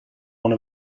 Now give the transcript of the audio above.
one